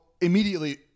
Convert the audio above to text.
immediately